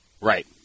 Right